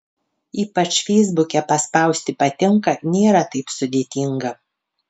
ypač feisbuke paspausti patinka nėra taip sudėtinga